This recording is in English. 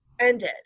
ended